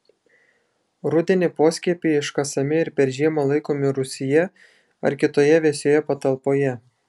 rudenį poskiepiai iškasami ir per žiemą laikomi rūsyje ar kitoje vėsioje patalpoje